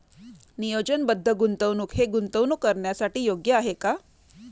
नियोजनबद्ध गुंतवणूक हे गुंतवणूक करण्यासाठी योग्य आहे का?